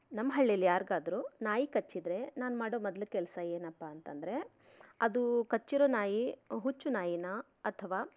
ನಮ್ಮ ಹಳ್ಳೀಲಿ ಯಾರಿಗಾದ್ರೂ ನಾಯಿ ಕಚ್ಚಿದರೆ ನಾನು ಮಾಡೋ ಮೊದಲ ಕೆಲಸ ಏನಪ್ಪ ಅಂತಂದರೆ ಅದು ಕಚ್ಚಿರೋ ನಾಯಿ ಹುಚ್ಚು ನಾಯಿನಾ ಅಥವಾ